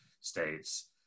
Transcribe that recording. states